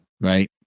Right